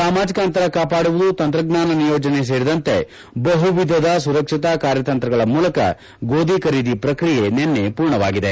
ಸಾಮಾಜಿಕ ಅಂತರ ಕಾಪಾಡುವುದು ತಂತ್ರಜ್ಞಾನ ನಿಯೋಜನೆ ಸೇರಿದಂತೆ ಬಹು ವಿಧಧ ಸುರಕ್ಷತಾ ಕಾರ್ಯತಂತ್ರಗಳ ಮೂಲಕ ಗೋಧಿ ಖರೀದಿ ಪ್ರಕ್ರಿಯೆ ನಿನ್ನೆ ಮೂರ್ಣವಾಗಿದೆ